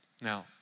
Now